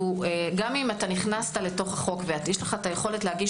וגם אם נכנסת לתוך חוק ויש לך היכולת להגיש